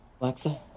Alexa